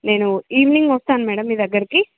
నేను ఈవినింగ్ వస్తాను మేడం మీ దగ్గరకి